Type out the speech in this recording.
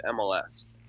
MLS